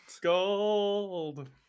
Gold